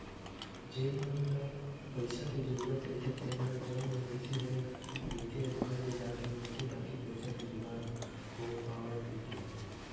जेन ल पइसा के जरूरत रहिथे तेन ह जउन निवेस बेंक रहिथे ओखर ले जाके मिलथे ताकि पइसा के जुगाड़ हो पावय कहिके